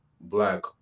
Black